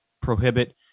prohibit